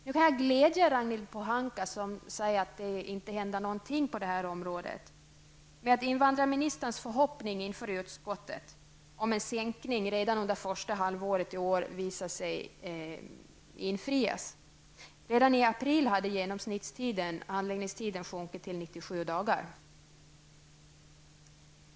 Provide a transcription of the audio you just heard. Nu kan jag glädja Ragnhild Pohanka som säger att det inte händer något på detta område med att invandrarsministerns förhoppning inför utskottet om en förkortning av handläggningstiderna redan under första halvåret i år visar sig bli infriad. Redan i april hade genomsnittstiden sjunkit till 97 dagar.